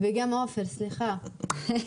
גם עופר, סליחה.